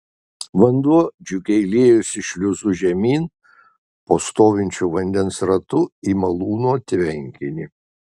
vanduo džiugiai liejosi šliuzu žemyn po stovinčiu vandens ratu į malūno tvenkinį